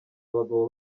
abagabo